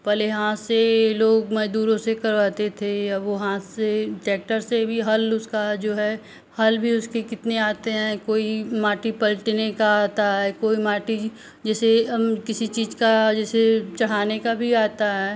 पहले यहाँ से लोग मजदूरों से करवाते थे अब वहाँ से टेक्टर से भी हल उसका जो है हल भी उसके कितने आते हैं कोई माटी पलटने का आता है कोई माटी जैसे किसी चीज का जैसे चढ़ाने का भी आता है